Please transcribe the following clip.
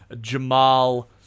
Jamal